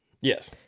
Yes